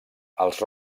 els